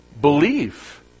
Belief